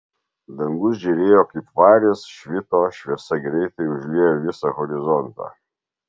dangus žėrėjo kaip varis švito šviesa greitai užliejo visą horizontą